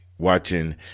watching